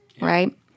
right